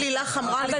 אני